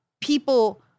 people